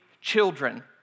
children